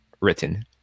written